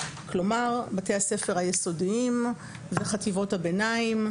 כלומר בתי הספר היסודיים וחטיבות הביניים,